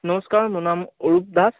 নমস্কাৰ মোৰ নাম অৰূপ দাস